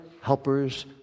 helpers